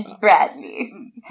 Bradley